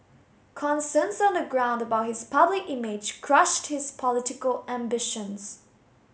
concerns on the ground about his public image crushed his political ambitions